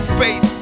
faith